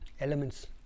elements